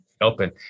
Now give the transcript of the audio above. open